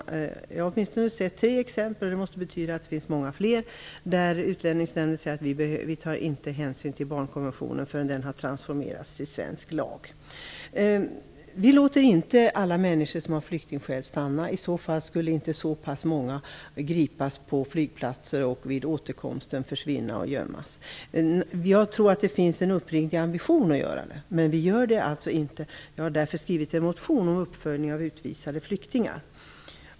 Jag har sett åtminstone tre exempel - det måste betyda att det finns många fler - där Utlänningsnämnden säger att man inte tar hänsyn till barnkonventionen förrän den har transformerats till svensk lag. Vi låter inte alla människor som har flyktingskäl stanna. I så fall skulle inte så pass många gripas på flygplatser och vid återkomsten försvinna och gömmas. Jag tror att det finns en uppriktig ambition att göra det. Men vi gör det alltså inte. Jag har därför skrivit en motion om uppföljning av utvisade flyktingar.